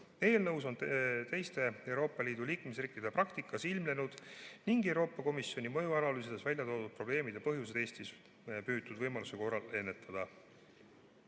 Eelnõus on teiste Euroopa Liidu liikmesriikide praktikas ilmnenud ning Euroopa Komisjoni mõjuanalüüsides väljatoodud probleemide põhjuseid Eestis püütud võimaluse korral ennetada.